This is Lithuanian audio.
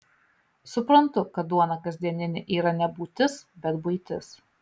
suprantu kad duona kasdieninė yra ne būtis bet buitis